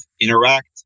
interact